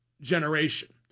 generation